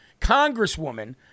Congresswoman